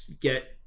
get